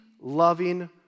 loving